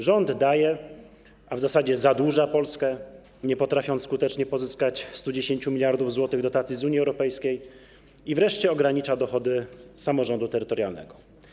Rząd daje, a w zasadzie zadłuża Polskę, nie potrafiąc skutecznie pozyskać 110 mld zł dotacji z Unii Europejskiej, i wreszcie ogranicza dochody samorządu terytorialnego.